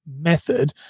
method